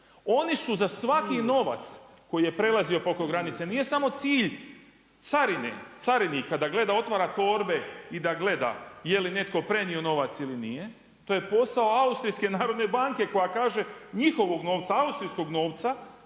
Oni su za svaki novac koji je prelazio …/Govornik se ne razumije./… granice, nije samo cilj carine, carinika da gleda, otvara torbe i da gleda je li netko prenio novac ili nije. To je posao Austrijske narodne banke, koja kaže, njihovog novca, austrijskog novca,